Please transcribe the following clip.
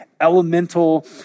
elemental